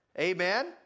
Amen